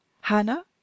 Hannah